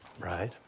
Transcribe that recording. Right